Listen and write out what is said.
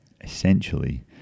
essentially